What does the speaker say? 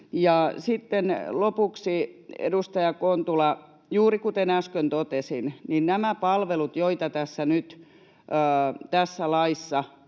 lopuksi, edustaja Kontula: Juuri kuten äsken totesin, nämä palvelut, tämä